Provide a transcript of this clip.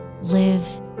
live